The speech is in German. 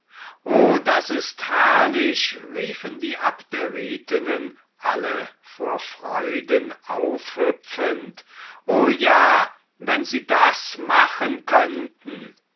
o das ist herrlich riefen die abderitinnen alle vor freuden aufhüpfend o ja wenn sie das machen könnten